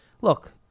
Look